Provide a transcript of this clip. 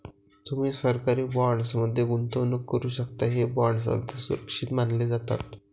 तुम्ही सरकारी बॉण्ड्स मध्ये गुंतवणूक करू शकता, हे बॉण्ड्स अगदी सुरक्षित मानले जातात